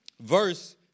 Verse